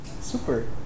Super